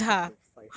one point five